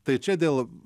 tai čia dėl